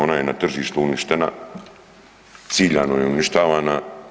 Ona ja na tržištu uništena, ciljano je uništavana.